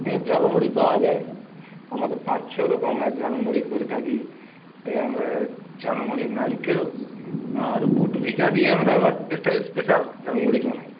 এর ঝালমুড়ি পাওয়া যায় আমাদের পাঁচ ছ রকমের ঝালমুড়ি করে থাকি ঝালমুড়ি নারকেল আর বুট ভিজা দিয়ে আবার আমরা একটা স্পেশাল ঝালমুড়ি বানাই